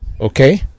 okay